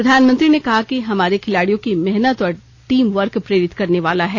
प्रधानमंत्री ने कहा कि हमारे खिलाड़ियों की मेहनत और टीम वर्क प्रेरित करने वाला है